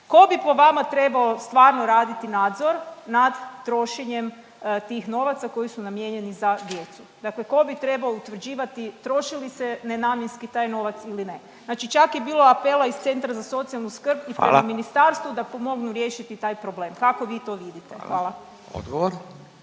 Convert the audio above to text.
Tko bi po vama trebao stvarno raditi nadzor nad trošenjem tih novaca koji su namijenjeni za djecu. Dakle, tko bi trebao utvrđivati troši li se nenamjenski taj novac ili ne? Znači čak je bilo apela iz Centra za socijalnu skrb i prema ministarstvu … …/Upadica Radin: Hvala./… … da pomognu riješiti taj problem. Kako vi to vidite? Hvala. **Radin,